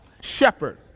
Shepherd